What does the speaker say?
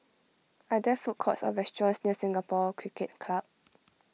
are there food courts or restaurants near Singapore Cricket Club